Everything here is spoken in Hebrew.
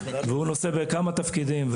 והוא נושא בכמה תפקידים,